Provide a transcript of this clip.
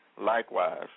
Likewise